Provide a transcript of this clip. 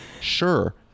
Sure